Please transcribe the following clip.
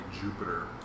Jupiter